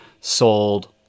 sold